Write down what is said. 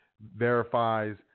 verifies